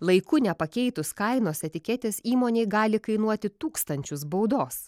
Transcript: laiku nepakeitus kainos etiketės įmonei gali kainuoti tūkstančius baudos